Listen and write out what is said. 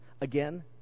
again